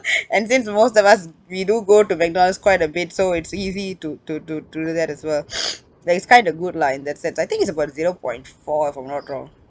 and since most of us we do go to mcdonald's quite a bit so it's easy to to to to do that as well like it's kinda good lah in that sense I think it's about zero point four if I'm not wrong